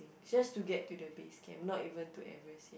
just to get to the base camp not even to Everest